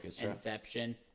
Inception